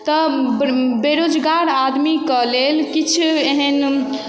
तऽ बेरोजगार आदमीके लेल किछु एहन